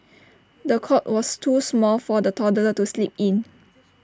the cot was too small for the toddler to sleep in